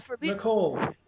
Nicole